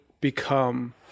become